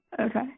Okay